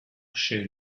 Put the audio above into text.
chez